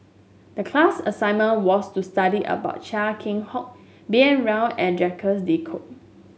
the class assignment was to study about Chia Keng Hock B N Rao and Jacques De Coutre